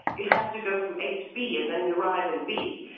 you have to go from a to b and then you arrive in b,